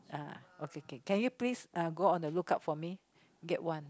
uh okay K can you please uh go on the lookout for me get one